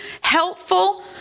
helpful